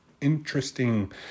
Interesting